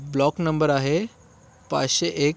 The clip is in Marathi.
ब्लॉक नंबर आहे पाचशे एक